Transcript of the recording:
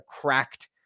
cracked